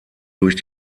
durch